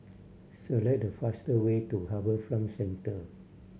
select the faster way to HarbourFront Centre